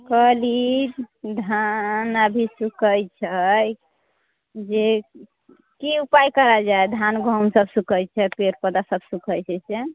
कहली धान अभी सुखैत छै जे की उपाय करल जाए धान गहूँम सभ सुखैत छै पेड़ पौधा सभ सुखैत छै से